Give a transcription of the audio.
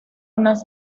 una